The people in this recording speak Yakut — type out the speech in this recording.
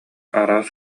араас